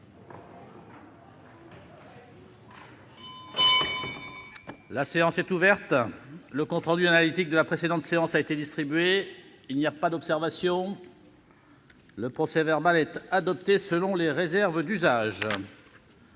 La séance est ouverte. Le compte rendu analytique de la précédente séance a été distribué. Il n'y a pas d'observation ?... Le procès-verbal est adopté sous les réserves d'usage.